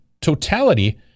totality